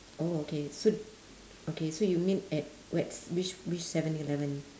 oh okay so okay so you mean at which which 7-Eleven